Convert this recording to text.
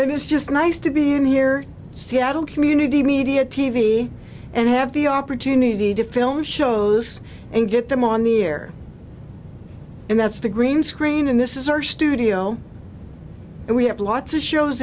it's nice to be in here seattle community media t v and have the opportunity to film shows and get them on the air and that's the green screen and this is our studio and we have lots of shows